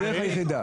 לא עלולים.